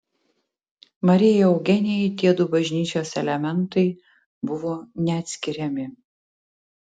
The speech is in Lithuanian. marijai eugenijai tiedu bažnyčios elementai buvo neatskiriami